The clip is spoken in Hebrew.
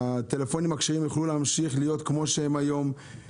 שהטלפונים הכשרים יוכלו להמשיך להיות כפי שהם היום,